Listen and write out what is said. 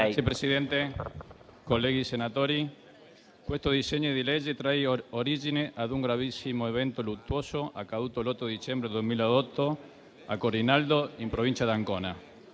Signor Presidente, colleghi senatori, questo disegno di legge trae origine da un gravissimo evento luttuoso accaduto l'8 dicembre 2018 a Corinaldo, in provincia di Ancona,